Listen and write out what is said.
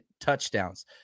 touchdowns